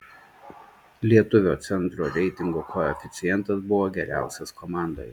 lietuvio centro reitingo koeficientas buvo geriausias komandoje